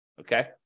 Okay